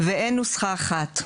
ואין נוסחה אחת.